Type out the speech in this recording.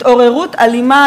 התעוררות אלימה.